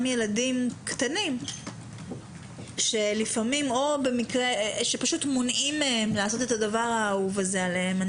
ילדים קטנים שפשוט מונעים מהם לעשות את הדבר האהוב הזה עליהם,